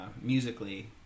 musically